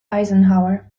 eisenhower